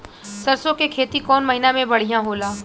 सरसों के खेती कौन महीना में बढ़िया होला?